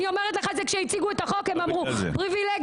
אני אומרת לך שכשהם הציגו את החוק הם אמרו פריבילגיות.